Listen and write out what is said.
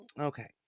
Okay